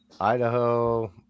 Idaho